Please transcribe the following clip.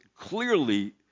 clearly